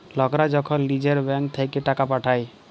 লকরা যখল লিজের ব্যাংক থ্যাইকে টাকা পাঠায়